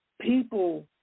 people